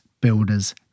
builders